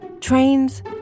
trains